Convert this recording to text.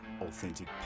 authentic